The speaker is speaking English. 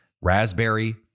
raspberry